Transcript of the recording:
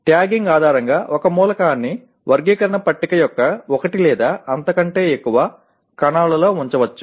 tagging ఆధారంగా ఒక మూలకాన్ని వర్గీకరణ పట్టిక యొక్క ఒకటి లేదా అంతకంటే ఎక్కువ కణాలలో ఉంచవచ్చు